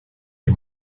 les